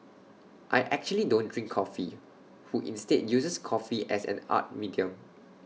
I actually don't drink coffee who instead uses coffee as an art medium